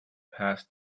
past